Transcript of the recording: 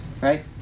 Right